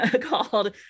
called